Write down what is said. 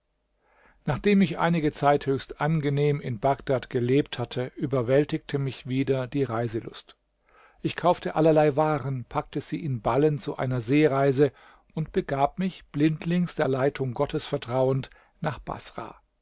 nachdem ich einige zeit höchst angenehm in bagdad gelebt hatte überwältigte mich wieder die reiselust ich kaufte allerlei waren packte sie in ballen zu einer seereise und begab mich blindlings der leitung gottes vertrauend nach baßrah